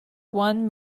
won